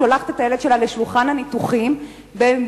שולחת את הילד שלה לשולחן הניתוחים בידיעה